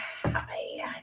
hi